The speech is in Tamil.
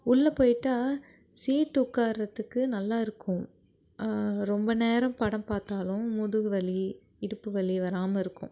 உள்ளே போயிட்டால் சீட்டு உட்காரதுக்கு நல்லா இருக்கும் ரொம்ப நேரம் படம் பார்த்தாலும் முதுகு வலி இடுப்பு வலி வராமல் இருக்கும்